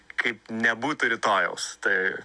kaip nebūtų rytojaus tai